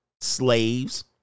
slaves